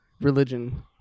religion